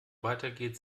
weitergeht